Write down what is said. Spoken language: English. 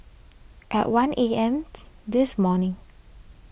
at one A M this morning